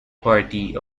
party